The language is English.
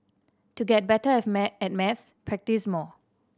to get better at maths practise more